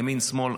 ימין שמאל,